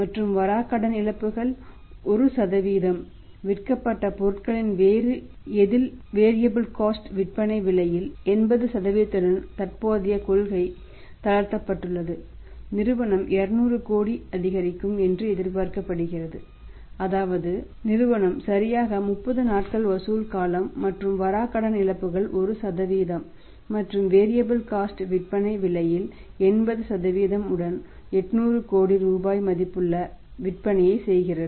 மற்றும் வராக்கடன் இழப்புகள் 1 விற்கப்பட்ட பொருட்களின் வேறு எதில் வேரியாப்பில் காஸ்ட் விற்பனை விலையில் 80 உடன் 800 கோடி ரூபாய் மதிப்புள்ள விற்பனையை செய்கிறது